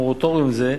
המורטוריום הזה,